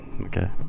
Okay